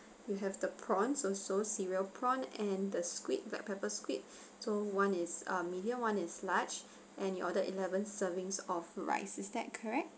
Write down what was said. you have the prawns also cereal prawn and the squid black pepper squid so one is um medium one is large and you ordered eleven servings of rice is that correct